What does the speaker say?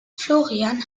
florian